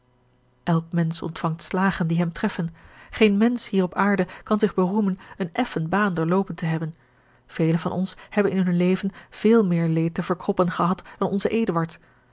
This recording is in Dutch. elk mensch ontvangt slagen die hem treffen geen mensch hier op aarde kan zich beroemen eene effen baan doorloopen te hebben velen van ons hebben in hun leven veel meer leed te verkroppen gehad dan onze